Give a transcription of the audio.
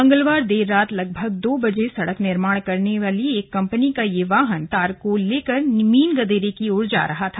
मंगलवार देर रात लगभग दो बजे सड़क निर्माण करने वाली एक कम्पनी का यह वाहन तारकोल लेकर मीन गदेरे की ओर जा रहा था